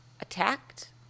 attacked